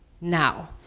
now